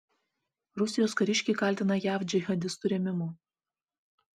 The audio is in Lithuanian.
rusijos kariškiai kaltina jav džihadistų rėmimu